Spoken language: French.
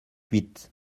huit